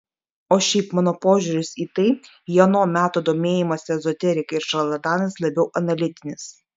o šiaip mano požiūris į tai į ano meto domėjimąsi ezoterika ir šarlatanais labiau analitinis